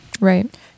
right